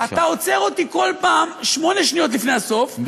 אתה עוצר אותי כל פעם 8 שניות לפני הסוף,